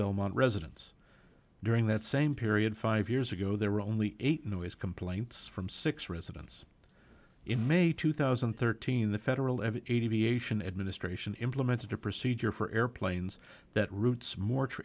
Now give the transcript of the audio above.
belmont residents during that same period five years ago there were only eight noise complaints from six residents in may two thousand and thirteen the federal every aviation administration implemented a procedure for airplanes that routes more